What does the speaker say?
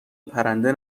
پرنده